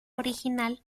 original